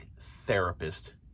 therapist